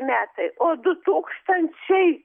metai o du tūkstančiai